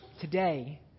Today